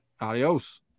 Adios